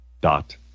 dot